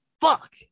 Fuck